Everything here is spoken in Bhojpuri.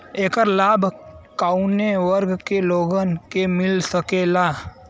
ऐकर लाभ काउने वर्ग के लोगन के मिल सकेला?